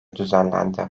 düzenlendi